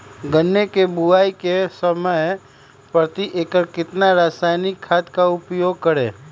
गन्ने की बुवाई के समय प्रति एकड़ कितना रासायनिक खाद का उपयोग करें?